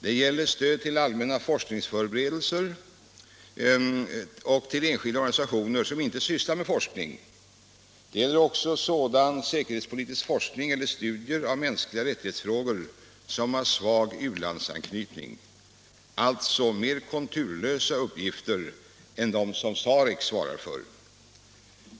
Det gäller stöd till allmänna forskningsförberedelser, till enskilda organisationer som inte sysslar med forskning. Det gäller också sådan säkerhetspolitisk forskning eller sådana studier av mänskliga rättighetsfrågor som har svag u-landsanknytning, alltså mer konturlösa uppgifter än de som SAREK svarar för.